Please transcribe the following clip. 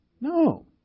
No